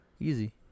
Easy